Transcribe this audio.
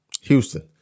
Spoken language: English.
Houston